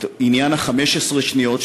את עניין 15 השניות,